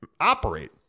operate